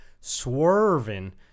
swerving